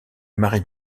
mari